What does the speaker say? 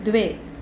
द्वे